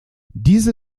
diese